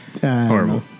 Horrible